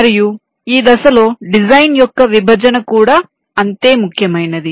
మరియు ఈ దశలో డిజైన్ యొక్క విభజన కూడా అంతే ముఖ్యమైనది